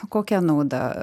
kokia nauda